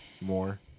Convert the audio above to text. more